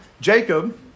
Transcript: Jacob